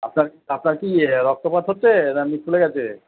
আপনার আপনার কি রক্তপাত হচ্ছে না কি ফুলে গেছে